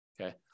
Okay